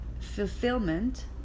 fulfillment